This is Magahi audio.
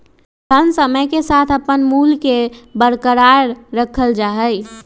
धन समय के साथ अपन मूल्य के बरकरार रखल जा हई